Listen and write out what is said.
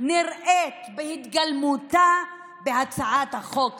נראית בהתגלמותה בהצעת החוק הזאת.